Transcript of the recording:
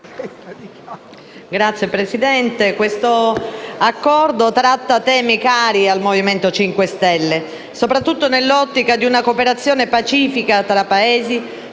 Signora Presidente, l'Accordo tratta temi cari al Movimento 5 Stelle, soprattutto nell'ottica di una cooperazione pacifica tra Paesi